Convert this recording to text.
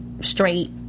straight